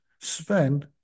Sven